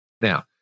Now